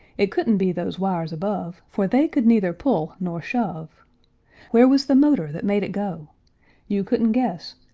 it couldn't be those wires above, for they could neither pull nor shove where was the motor that made it go you couldn't guess,